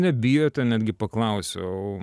nebijote netgi paklausiau